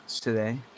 today